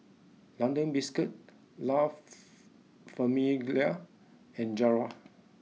London Biscuits La Famiglia and Zara